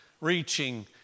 reaching